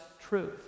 truth